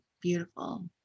beautiful